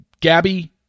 Gabby